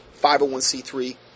501c3